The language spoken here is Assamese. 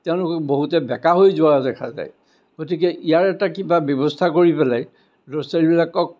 তেওঁলোককে বহুতে বেকা হৈ যোৱা দেখা যায় গতিকে ইয়াৰ এটা কিবা ব্যৱস্থা কৰি পেলাই ল'ৰা ছোৱালীবিলাকক